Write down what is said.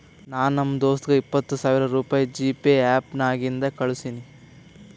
ನಾ ನಮ್ ದೋಸ್ತಗ ಇಪ್ಪತ್ ಸಾವಿರ ರುಪಾಯಿ ಜಿಪೇ ಆ್ಯಪ್ ನಾಗಿಂದೆ ಕಳುಸಿನಿ